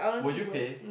would you pay